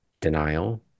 denial